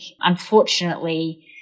unfortunately